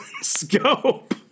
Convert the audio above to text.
scope